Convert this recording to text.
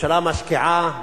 הממשלה משקיעה.